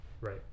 Right